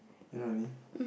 you know what I mean